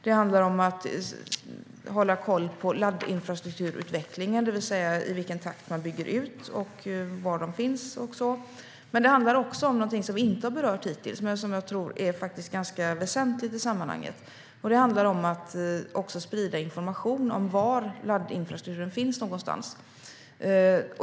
Det handlar om att hålla koll på laddinfrastrukturutvecklingen, det vill säga i vilken takt man bygger ut och var det går att ladda. Det handlar också om något som vi inte har berört hittills men som jag tror är ganska väsentligt i sammanhanget, och det är att också sprida information om var laddinfrastrukturen finns någonstans.